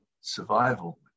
Survival